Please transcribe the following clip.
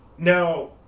Now